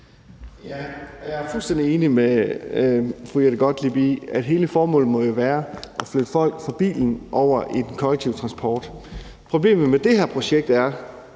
er er fuldstændig enig med fru Jette Gottlieb i, at hele formålet jo må være at flytte folk fra bilen og over i den kollektive transport. Problemet med det her projekt er,